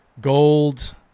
Gold